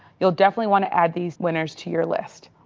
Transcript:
you'll definitely want to add these winners to your list.